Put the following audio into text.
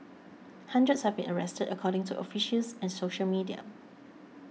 hundreds have been arrested according to officials and social media